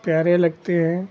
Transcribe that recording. प्यारे लगते हैं